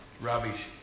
rubbish